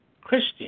Christian